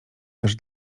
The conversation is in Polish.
też